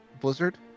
Blizzard